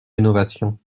restauration